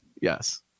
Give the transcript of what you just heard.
yes